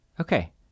Okay